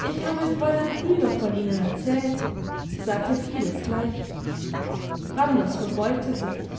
ich habe fräulein krüger von ihnen erzählt sagte fides gleich randers verbeugte sich